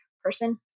Person